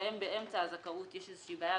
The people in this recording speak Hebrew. שבהם באמצע הזכאות יש איזושהי בעיה,